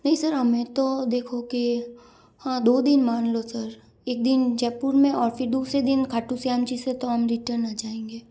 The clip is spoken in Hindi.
नहीं सर हमें तो देखो कि हाँ दो दिन मान लो सर एक दिन जयपुर में और फिर दूसरे दिन खाटू श्याम जी से तो हम रिटर्न आ जाएंगे